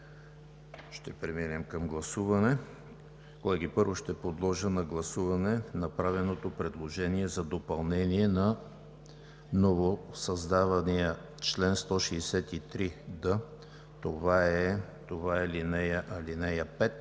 Ще преминем към гласуване. Колеги, първо ще подложа на гласуване направеното предложение за допълнение на новосъздадения чл. 163д – ал. 5,